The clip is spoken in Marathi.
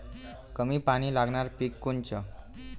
कमी पानी लागनारं पिक कोनचं?